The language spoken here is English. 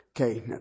Okay